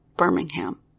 Birmingham